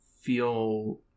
feel